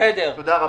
תודה רבה.